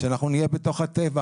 שנהיה בתוך הטבע,